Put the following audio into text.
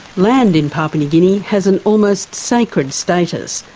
land in papua new guinea has an almost sacred status.